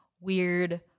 weird